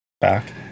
back